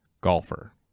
golfer